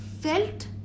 felt